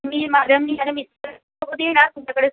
मी माझ्या मी माझ्या मिस्टरांसोबत येईन आज तुमच्याकडे